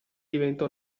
diventa